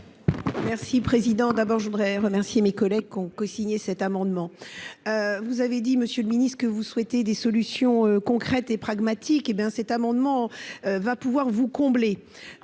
Six, président d'abord je voudrais remercier mes collègues ont cosigné cet amendement, vous avez dit monsieur le Ministre que vous souhaitez des solutions concrètes et pragmatiques, hé bien, cet amendement va pouvoir vous combler,